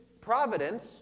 Providence